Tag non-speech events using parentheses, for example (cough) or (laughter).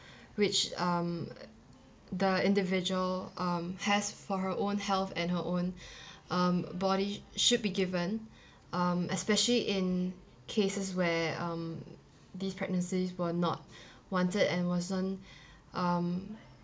(breath) which um the individual um has for her own health and her own (breath) um body should be given um especially in cases where um these pregnancies were not (breath) wanted and wasn't (breath) um